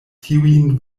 tiujn